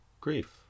grief